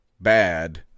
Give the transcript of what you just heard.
bad